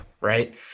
right